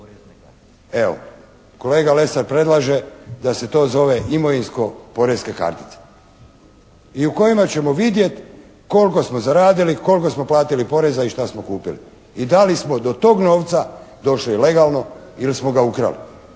Evo kolega Lesar predlaže da se to zove imovinsko-poreske kartice i u kojima ćemo vidjeti koliko smo zaradili, koliko smo platili poreza i šta smo kupili i da li smo do tog novca došli legalno ili smo ga ukrali.